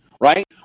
right